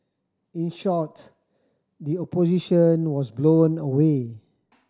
in short the Opposition was blown away